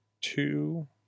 two